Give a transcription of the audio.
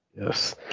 Yes